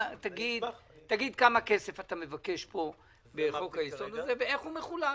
תגיד כמה כסף אתה מבקש פה בחוק היסוד ואיך הוא מחולק,